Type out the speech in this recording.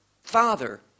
father